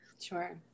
Sure